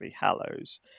Hallows